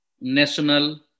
national